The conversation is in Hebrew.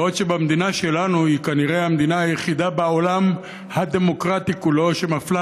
בעוד המדינה שלנו היא כנראה המדינה היחידה בעולם הדמוקרטי כולו שמפלה,